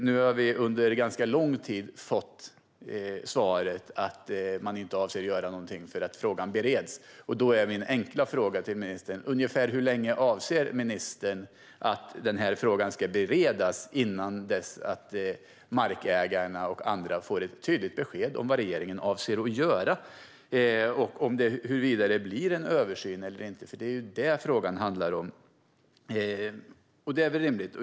Nu har vi under ganska lång tid fått svaret att man inte avser att göra någonting för att frågan bereds. Då är min enkla fråga till ministern: Ungefär hur länge avser ministern att den här frågan ska beredas innan dess att markägarna och andra får ett tydligt besked om vad regeringen avser att göra gällande huruvida det blir en översyn eller inte? Det är det frågan handlar om, och det är väl rimligt.